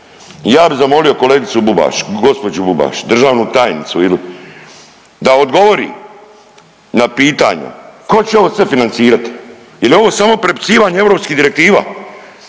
ja bi zamolio kolegicu Bubaš, gospođu Bubaš, državnu tajnicu ili da odgovori na pitanje, tko će ovo sve financirati? Je li ovo samo prepisivanje europskih direktiva?